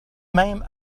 même